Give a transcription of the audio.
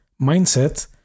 mindset